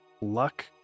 luck